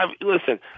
listen